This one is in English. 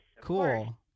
Cool